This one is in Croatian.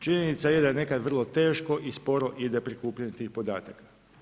Činjenica je da je nekad vrlo teško i sporo ide prikupljanje tih podataka.